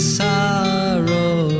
sorrow